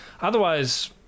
Otherwise